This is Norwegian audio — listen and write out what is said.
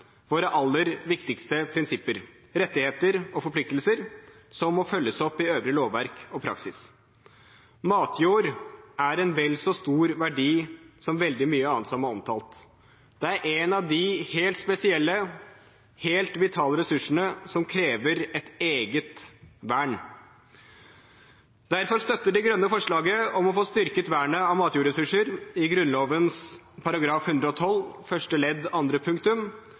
må følges opp i øvrig lovverk og praksis. Matjord er en vel så stor verdi som veldig mye annet som er omtalt. Det er en av de helt spesielle, helt vitale ressursene som krever et eget vern. Derfor støtter De Grønne forslaget om å få styrket vernet av matjordressurser i Grunnloven § 112 første ledd andre punktum,